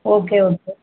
okay okay